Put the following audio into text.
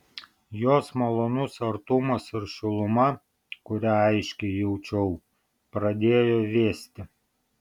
jos malonus artumas ir šiluma kurią aiškiai jaučiau pradėjo vėsti